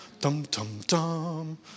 dum-dum-dum